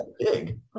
big